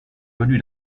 venue